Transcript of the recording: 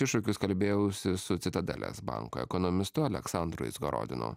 iššūkius kalbėjausi su citadelės banko ekonomistu aleksandru izgorodinu